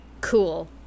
cool